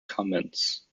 comments